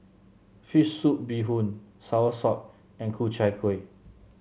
fish soup Bee Hoon soursop and Ku Chai Kuih